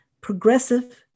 progressive